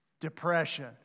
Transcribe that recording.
Depression